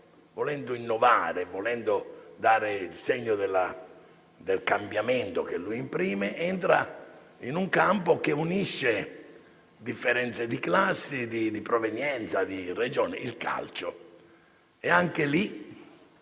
volendo innovare e dare il segno del cambiamento che lui imprime, entra in un campo che unisce differenze di classi, di provenienza, di Regioni: il calcio. Anche lì